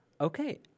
Okay